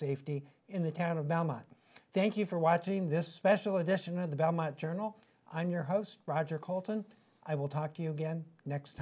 safety in the town of valhalla thank you for watching this special edition of the belmont journal on your host roger colton i will talk to you again next